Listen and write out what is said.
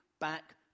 back